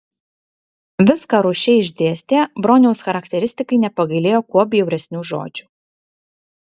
viską rūsčiai išdėstė broniaus charakteristikai nepagailėjo kuo bjauresnių žodžių